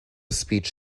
speech